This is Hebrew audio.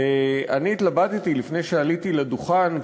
אני התלבטתי לפני שעליתי לדוכן,